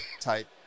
type